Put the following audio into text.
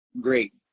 great